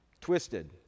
twisted